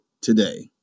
today